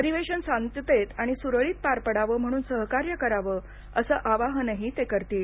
अधिवेशन शांततेत आणि सुरळीत पार पडावं म्हणून सहकार्य करावं असं आवाहनही ते करतील